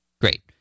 Great